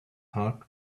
heart